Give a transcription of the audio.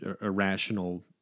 irrational